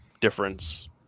difference